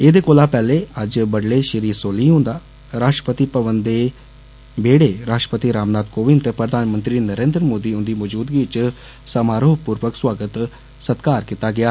एदे कोला पैहले अज्ज बड्डलै श्री सोलिह होंदा राश्ट्रपति भवन दे वेहडै राश्ट्रपति रामनाथ कोविंद ते प्रधानमंत्री नरेंन्द्र मोदी होन्दी मौजूदगी च समारोहपूर्वक स्वागत सत्कार कीता गेआ